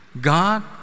God